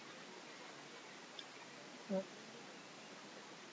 hmm